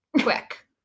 Quick